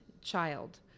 child